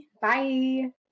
Bye